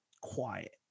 quiet